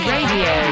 Radio